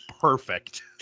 perfect